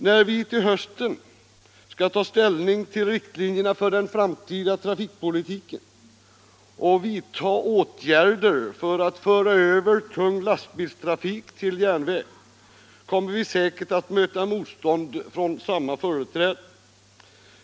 Då vi till hösten skall ta ställning till riktlinjerna för den framtida trafikpolitiken och vidta åtgärder för att föra över tung lastbilstrafik till järnväg kommer vi säkert att möta motstånd från samma företrädare.